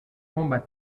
combat